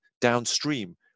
downstream